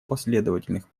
последовательных